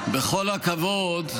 אותן מילים מלפני 7 באוקטובר.